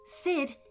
Sid